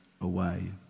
away